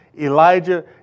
Elijah